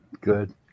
good